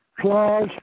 Clause